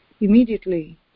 Immediately